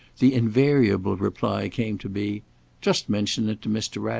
the invariable reply came to be just mention it to mr.